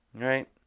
right